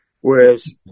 Whereas